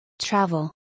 Travel